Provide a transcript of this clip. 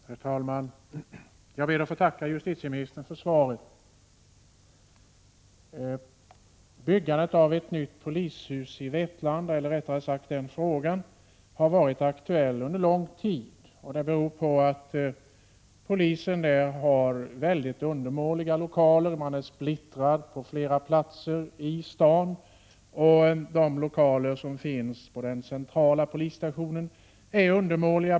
Herr talman! Jag ber att få tacka justitieministern för svaret. Frågan om byggande av ett nytt polishus i Vetlanda har varit aktuell under lång tid, och det beror på att polisen där har mycket undermåliga lokaler. Verksamheten är splittrad på flera platser i staden, och de lokaler som finns på den centrala polisstationen är undermåliga.